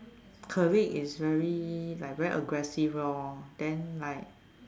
colleague is very like very aggressive lor then like